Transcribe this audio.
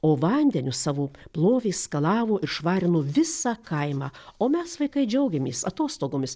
o vandeniu savo plovė skalavo ir švarino visą kaimą o mes vaikai džiaugiamės atostogomis